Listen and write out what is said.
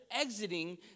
exiting